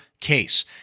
case